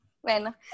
bueno